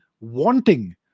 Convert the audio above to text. wanting